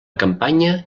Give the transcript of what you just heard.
campanya